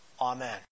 Amen